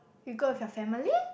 you go with your family